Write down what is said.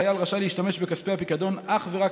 החייל רשאי להשתמש בכספי הפיקדון אך ורק